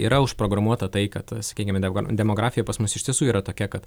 yra užprogramuota tai kad sakykime demografija pas mus iš tiesų yra tokia kad